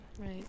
right